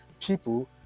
people